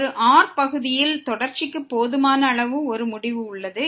ஒரு r பகுதியில் தொடர்ச்சிக்கு போதுமான அளவு ஒரு முடிவு உள்ளது